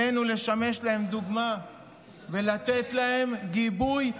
עלינו לשמש להם דוגמה ולתת להם גיבוי מוחלט.